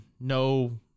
no